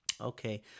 Okay